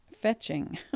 fetching